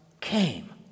came